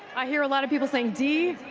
i hear a lot of people saying d.